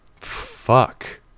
fuck